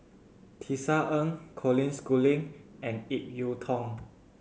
Tisa Ng Colin Schooling and Ip Yiu Tung